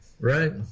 right